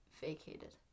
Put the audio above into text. vacated